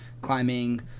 climbing